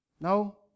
No